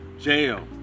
jail